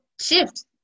shift